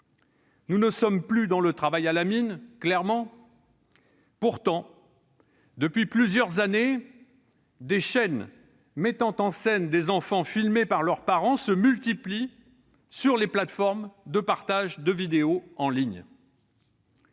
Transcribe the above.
Il ne s'agit plus de travail « à la mine », certes, mais, depuis plusieurs années, les chaînes mettant en scène des enfants filmés par leurs parents se multiplient sur les plateformes de partage de vidéos en ligne.